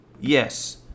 yes